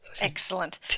Excellent